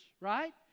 right